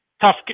tough